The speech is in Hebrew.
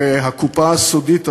והקופה הסודית הזאת,